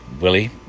Willie